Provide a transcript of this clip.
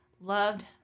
loved